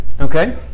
Okay